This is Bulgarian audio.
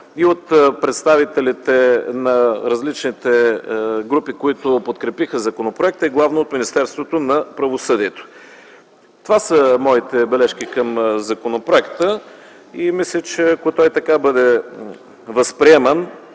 и от представителите на различните групи, които подкрепиха законопроекта, и главно от Министерството на правосъдието. Това са моите бележки към законопроекта и мисля, че ако той бъде възприеман